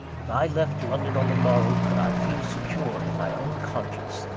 if i left london on the morrow, could i feel secure, in my own conscience,